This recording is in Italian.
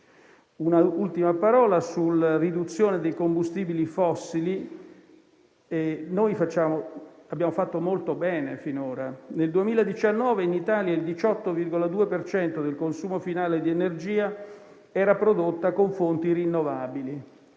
soffermarmi sulla riduzione dei combustibili fossili. Abbiamo fatto molto bene finora. Nel 2019 in Italia il 18,2 per cento del consumo finale di energia era prodotto con fonti rinnovabili;